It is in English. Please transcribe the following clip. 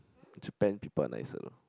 Japan people are nicer